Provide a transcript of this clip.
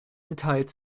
details